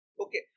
Okay